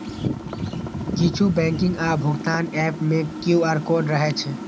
किछु बैंकिंग आ भुगतान एप मे क्यू.आर कोड रहै छै